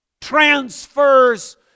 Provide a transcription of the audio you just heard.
transfers